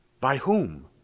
by whom?